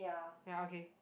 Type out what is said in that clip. ya okay